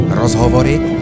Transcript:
rozhovory